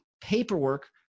paperwork